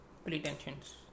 Pretensions